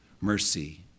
mercy